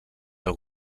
del